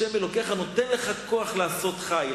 השם אלוקיך נותן לך כוח לעשות חיל.